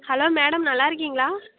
hello madam நல்லாயிருக்கீங்களா